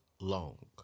long